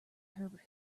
herbert